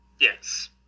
Yes